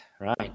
right